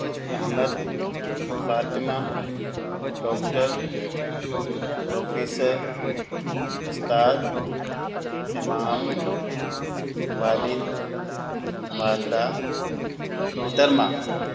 Ahmad Fatima doctor professor استاد امام والد والدہ محترمہ